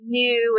new